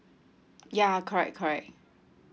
ya correct correct